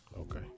Okay